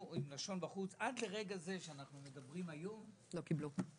שעד לרגע זה אנשים --- אנשים לא קיבלו.